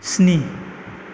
स्नि